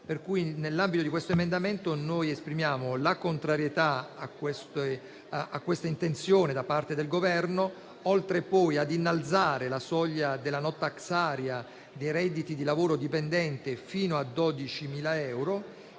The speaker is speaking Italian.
Nell'ambito di questo emendamento, noi esprimiamo la contrarietà a questa intenzione del Governo, oltre a chiedere quella di innalzare la soglia della *no tax area* dei redditi da lavoro dipendente fino a 12.000 euro.